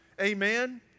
amen